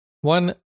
One